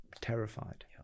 terrified